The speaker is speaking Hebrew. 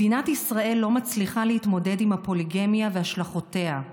מדינת ישראל לא מצליחה להתמודד עם הפוליגמיה והשלכותיה.